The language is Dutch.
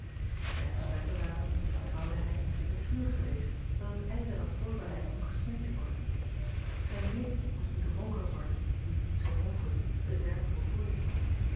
ijn gesprekken waren vertrouwde hij het vuur geweest dat het ijzer had voorbereid om gesmeed te worden zijn blik acob van ennep laasje evenster delen moest nu de moker worden die zoo mogelijk het werk voltooide